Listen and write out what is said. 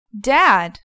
Dad